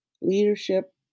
leadership